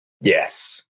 Yes